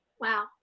Wow